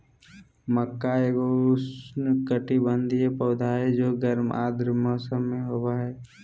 मक्का एगो उष्णकटिबंधीय पौधा हइ जे गर्म आर्द्र मौसम में होबा हइ